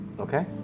Okay